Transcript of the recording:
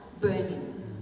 burning